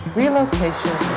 relocation